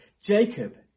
Jacob